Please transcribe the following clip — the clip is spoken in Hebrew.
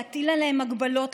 להטיל עליהם הגבלות,